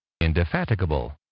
indefatigable